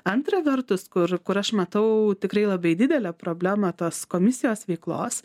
antra vertus kur kur aš matau tikrai labai didelę problemą tos komisijos veiklos